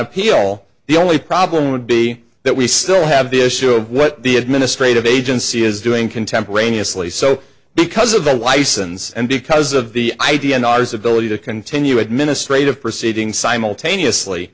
appeal the only problem would be that we still have the issue of what the administrative agency is doing contemporaneously so because of the license and because of the idea and ours ability to continue administrative proceeding simultaneously